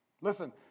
Listen